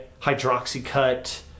Hydroxycut